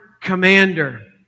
commander